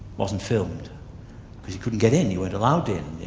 wasn't filmed, because you couldn't get in, you weren't allowed in,